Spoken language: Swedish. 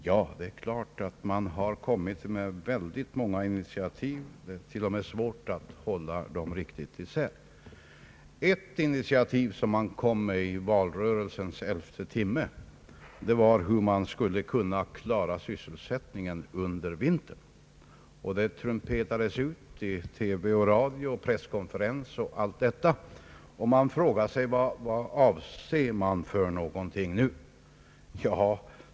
Ja, det är klart att man tagit en väldig mängd initiativ — det är t.o.m. svårt att hålla dem riktigt isär. Ett initiativ som man kom med i valrörelsens elfte timme gällde hur sysselsättningen skulle kunna klaras under vintern. Det trumpetades ut i TV och radio, vid en presskonferens osv. Vi frågade oss vad man egentligen avsåg.